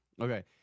okay